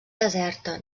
deserta